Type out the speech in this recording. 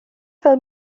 fel